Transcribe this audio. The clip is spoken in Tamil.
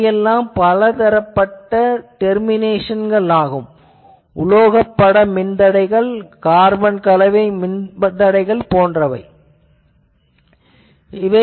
இவை எல்லாம் பலதரப்பட்ட டெர்மிநேசன்கள் உள்ளன உலோகப் பட மின்தடைகள் அல்லது கார்பன் கலவை மின்தடைகள் போன்றவையாகும்